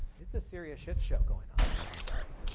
it's a serious shit show going on there. sorry.